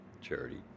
charity